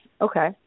Okay